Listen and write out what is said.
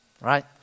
Right